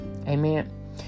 Amen